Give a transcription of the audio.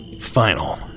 final